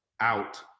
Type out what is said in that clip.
out